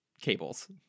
cables